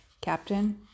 Captain